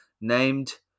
named